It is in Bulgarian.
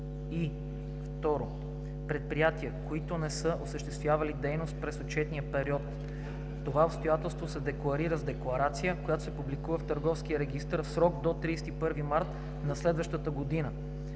одит; и 2. предприятия, които не са осъществявали дейност през отчетния период; това обстоятелство се декларира с декларация, която се публикува в Търговския регистър в срок до 31 март на следващата година;